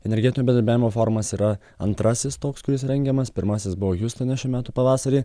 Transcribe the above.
energetinio bendravimo forumas yra antrasis toks kuris rengiamas pirmasis buvo hjustone šių metų pavasarį